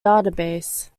database